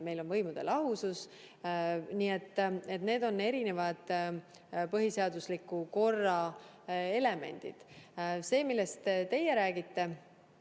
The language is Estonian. meil on võimude lahusus. Nii et need on erinevad põhiseadusliku korra elemendid. See, millest teie räägite